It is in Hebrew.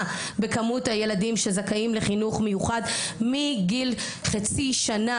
בכמות הילדים שזכאים לחינוך מיוחד מגיל חצי שנה,